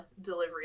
delivery